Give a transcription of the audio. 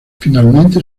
finalmente